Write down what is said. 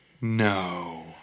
No